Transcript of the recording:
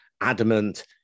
adamant